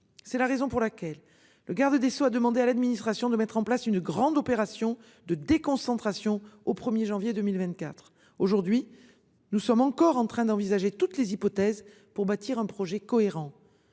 C'est la raison pour laquelle le garde des Sceaux a demandé à l'administration de mettre en place une grande opération de déconcentration au 1er janvier 2024 aujourd'hui. Nous sommes encore en train d'envisager toutes les hypothèses pour bâtir un projet cohérent.